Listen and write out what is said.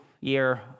year